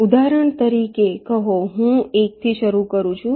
ઉદાહરણ તરીકે કહો હું 1 થી શરૂ કરું છું